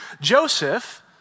Joseph